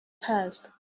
passed